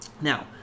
Now